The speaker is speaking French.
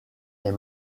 est